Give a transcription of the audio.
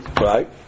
Right